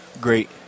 Great